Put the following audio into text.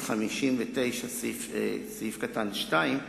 בסעיף 59(2)